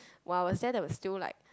when I was there there was still like